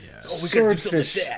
Swordfish